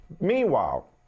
Meanwhile